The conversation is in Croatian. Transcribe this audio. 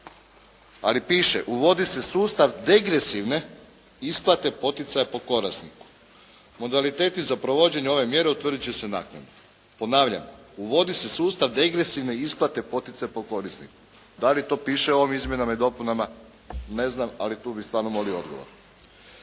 ali piše uvodi se sustav degresivne isplate poticaja po korisniku. Modaliteti za provođenje ove mjere utvrdit će se naknadno. Ponavljam, uvodi se sustav degresivne isplate poticaja po korisniku. Da li to piše u ovim izmjenama i dopunama ne znam, ali tu bih stvarno molio odgovor.